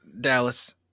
Dallas